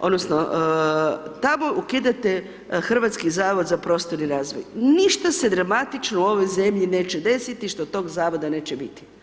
odnosno tamo ukidate Hrvatski zavoj za prostorni razvoj, ništa se dramatično u ovoj zemlji neće desiti što tog zavoda neće biti.